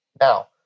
Now